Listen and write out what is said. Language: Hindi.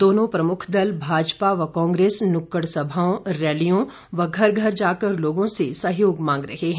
दोनों प्रमुख दल भाजपा व कांग्रेस नुक्कड़ सभाओं रैलियों व घर घर जाकर लोगों से सहयोग मांग रहे हैं